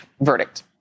verdict